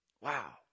Wow